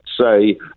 say